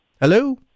Hello